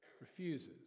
refuses